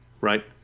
Right